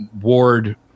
Ward